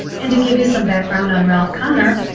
and to give you some background on ralph connor,